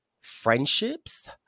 friendships